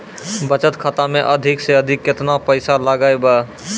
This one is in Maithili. बचत खाता मे अधिक से अधिक केतना पैसा लगाय ब?